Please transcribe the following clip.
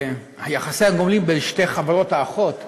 יחסי הגומלין בין שתי החברות האחיות,